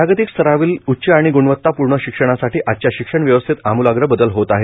जागतिक स्तरावरील उच्च आणि ग्णवतापूर्ण शिक्षणासाठी आजच्या शिक्षण व्यवस्थेत आमुलाग्र बदल होत आहेत